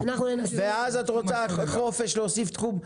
ואז אם את רוצה חופש להוסיף תחומים נוספים